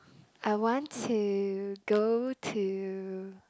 I want to go to